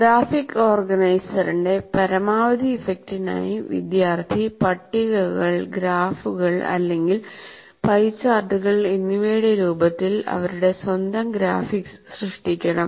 graphic ഓർഗനൈസറിന്റെ പരമാവധി ഇഫക്റ്റിനായി വിദ്യാർത്ഥി പട്ടികകൾ ഗ്രാഫുകൾ അല്ലെങ്കിൽ പൈ ചാർട്ടുകൾ എന്നിവയുടെ രൂപത്തിൽ അവരുടെ സ്വന്തം ഗ്രാഫിക്സ് സൃഷ്ടിക്കണം